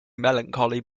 melancholy